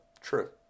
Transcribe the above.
true